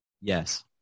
Yes